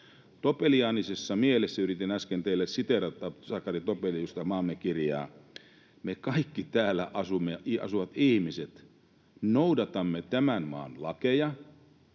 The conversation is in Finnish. Topeliaanisessa mielessä yritin äsken teille siteerata Sakari Topeliusta ja Maamme kirjaa: Me kaikki täällä asuvat ihmiset noudatamme tämän maan lakeja,